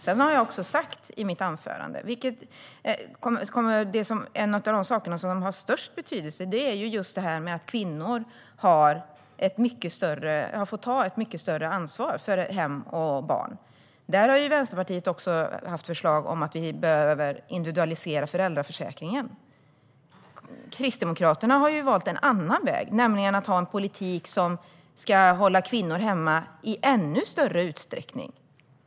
Som jag sa i mitt anförande är en av de saker som har störst betydelse att kvinnor har fått ta ett mycket större ansvar för hem och barn. Därför har Vänsterpartiet haft förslag om en individualiserad föräldraförsäkring. Kristdemokraterna har valt en annan väg, nämligen en politik som ska hålla kvinnor hemma i ännu större utsträckning.